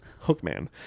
Hookman